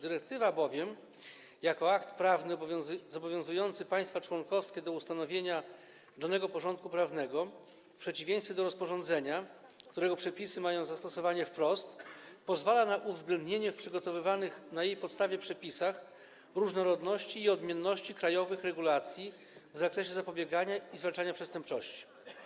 Dyrektywa bowiem, jako akt prawny zobowiązujący państwa członkowskie do ustanowienia danego porządku prawnego - w przeciwieństwie do rozporządzenia, którego przepisy mają zastosowanie wprost - pozwala na uwzględnienie w przygotowywanych na jej podstawie przepisach różnorodności i odmienności krajowych regulacji w zakresie zapobiegania i zwalczania przestępczości.